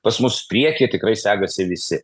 pas mus priekyje tikrai segasi visi